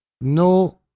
no